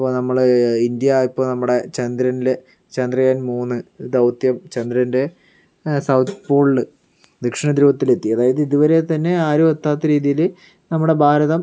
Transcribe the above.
ഇപ്പോൾ നമ്മുടെ ഇന്ത്യ ഇപ്പോൾ നമ്മുടെ ചന്ദ്രനില് ചന്ദ്രയാൻ മൂന്ന് ദൗത്യം ചന്ദ്രയാൻ്റെ സൗത്ത് പോളില് ദക്ഷിണ ധ്രുവത്തിലെത്തി അതായത് ഇതുവരെ തന്നെ ആരും എത്താത്ത രീതിയില് നമ്മുടെ ഭാരതം